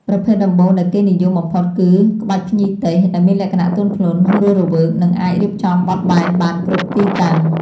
ប្រភេទដំបូងដែលគេនិយមបំផុតគឺ ក្បាច់ភ្ញីទេស ដែលមានលក្ខណៈទន់ភ្លន់ រស់រវើក និងអាចរៀបចំបត់បែនបានគ្រប់ទីតាំង។